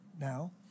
now